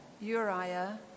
Uriah